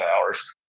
hours